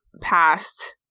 past